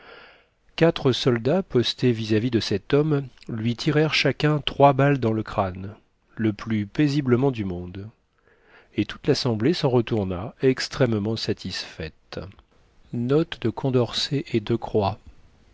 quatre soldats postés vis-à-vis de cet homme lui tirèrent chacun trois balles dans le crâne le plus paisiblement du monde et toute l'assemblée s'en retourna extrêmement satisfaite